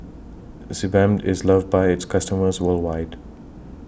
Sebamed IS loved By its customers worldwide